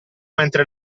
mentre